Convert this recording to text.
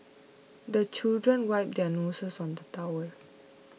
the children wipe their noses on the towel